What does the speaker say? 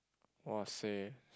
!wahseh!